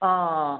ആ